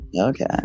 Okay